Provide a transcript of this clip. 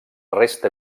resta